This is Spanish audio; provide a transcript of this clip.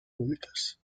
públicas